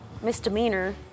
misdemeanor